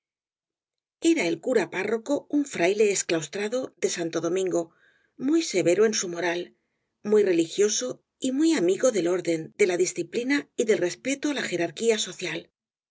era el cura párroco un fraile exclaustrado de santo domingo muy severo en su moral muy re ligioso y muy amigo del orden de la disciplina y del respeto á la jerarquía social